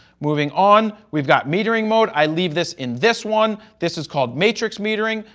moving on, we've got metering mode. i leave this in this one. this is called matrix metering.